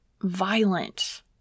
violent